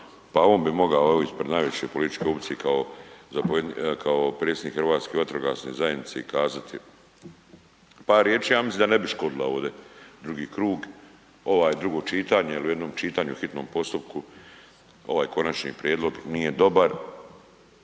pa on bi mogao evo isprid najveće političke opcije kao zapovjednik, kao predsjednik Hrvatske vatrogasne zajednice kazati par riječi, ja mislim da ne bi škodilo ovdi drugi krug, ovaj drugo čitanje jel u jednom čitanju, hitnom postupku ovaj konačni prijedlog nije dobar,